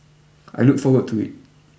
I look forward to it